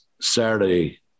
Saturday